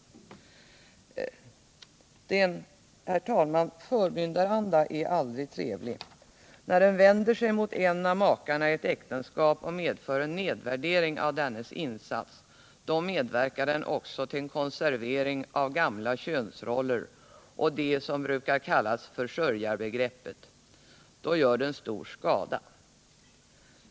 En förmyndaranda är aldrig trevlig. När den vänder sig mot en av makarna i ett äktenskap och medför en nedvärdering av dennas insats medverkar den också till en konservering av gamla könsroller och det som brukar kallas försörjarbegreppet. Då gör den stor skada.